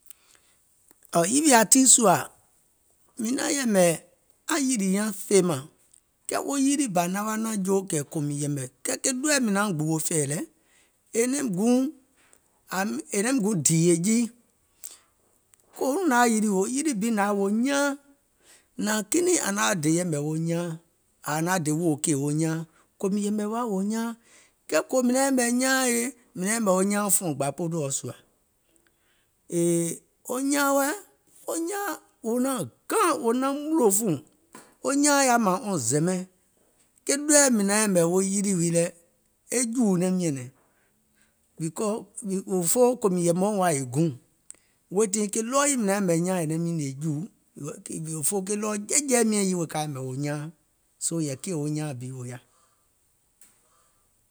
Ɔ̀ɔ̀ yìwìȧ tii sùȧ mìŋ naŋ yɛ̀mɛ̀ aŋ yìlì fèemȧŋ, kɛɛ wo nyilì bȧ naŋ wa naȧŋ joo kɛ̀ kòò mìŋ yɛ̀mɛ̀ kɛɛ ke ɗɔɔɛ̀ mìŋ guùŋ gbùwò fɛ̀ɛ̀ lɛ, è naim guùŋ dììyè jii, kòuŋ nȧŋ yaȧ wo yiliɔ̀, wo yilì bi nȧŋ yaȧ wo nyaaŋ, nȧȧŋ kinɛiŋ ȧŋ naŋ wa dè yɛ̀mɛ̀ wo nyaaŋ, ȧŋ naŋ wa dè wòò kèè wo nyaaŋ, kòò mìŋ yɛ̀mɛ̀ wa wò nyaaŋ, kɛɛ kòò mìŋ naŋ yɛ̀mɛ̀ wo nyaaŋ yèèe mìŋ naŋ yɛ̀mɛ̀ wo nyaaŋ fùɔ̀ŋ gbȧpolùɔ sùȧ, yèèe wo nyaaŋ wɛɛ̀, wo nyaaȧŋ wò naŋ gȧŋ wò naŋ mùnlò fùùŋ, wo nyaaŋ yaȧ mȧȧŋ wɔŋ zɛmɛɛŋ, ke ɗɔɔɛ̀ mìŋ naŋ yɛ̀mɛ̀ wo yilì wii lɛ̀, e jùù naim nyɛ̀nɛ̀ŋ because òfoo kòò mìŋ yɛ̀mɛùŋ wa è guùŋ, weètii ke ɗɔɔ yii maŋ yɛ̀mɛ̀ wo nyaaȧŋ è naim yìnìè jùù òfoo ke ɗɔɔ jiɛ̀jiɛ̀ miɛ̀ŋ yii wèè ka yɛ̀mɛ̀ wo nyaaŋ, soo yɛ̀ì kèè wo nyaaŋ bi wò yaȧ.